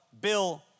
Bill